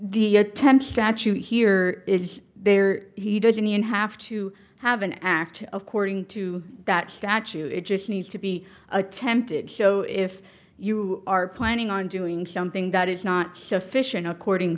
the attempt statute here is there he doesn't even have to have an act according to that statue it just needs to be attempted show if you are planning on doing something that is not sufficient according